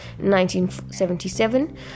1977